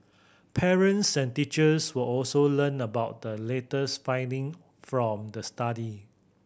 parents and teachers will also learn about the latest finding from the study